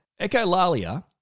Echolalia